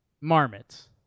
marmots